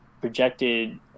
projected